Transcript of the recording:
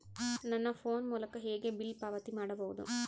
ನನ್ನ ಫೋನ್ ಮೂಲಕ ಹೇಗೆ ಬಿಲ್ ಪಾವತಿ ಮಾಡಬಹುದು?